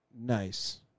Nice